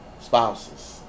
spouses